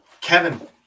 Kevin